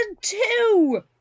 two